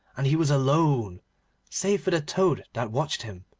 and he was alone save for the toad that watched him,